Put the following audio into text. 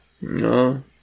No